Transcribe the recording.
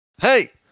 Hey